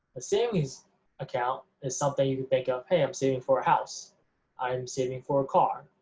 the savings account is something you can think of, hey, i'm saving for a house i'm saving for a car,